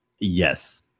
Yes